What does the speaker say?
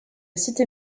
cité